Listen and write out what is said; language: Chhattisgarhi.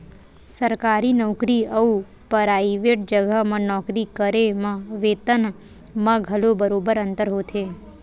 सरकारी नउकरी अउ पराइवेट जघा म नौकरी करे म बेतन म घलो बरोबर अंतर होथे